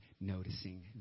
noticing